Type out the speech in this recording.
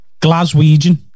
Glaswegian